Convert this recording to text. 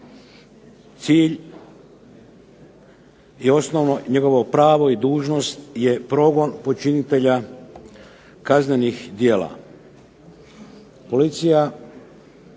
cilj je osnovno njegovo pravo i dužnost je progon počinitelja kaznenih djela.